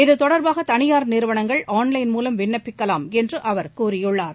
இது தொடர்பாக தனியார் நிறுவனங்கள் ஆள்லைள் மூலம் விண்ணப்பிக்கலாம் என்று அவர் கூறியுள்ளார்